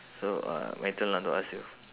so uh my turn lah to ask you